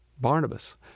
Barnabas